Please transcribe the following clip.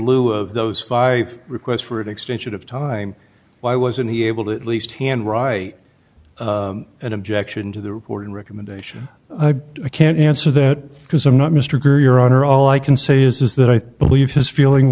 of those five requests for an extension of time why wasn't he able to at least hand right an objection to the reporting recommendation i can't answer that because i'm not mr grier on her all i can say is that i believe his feeling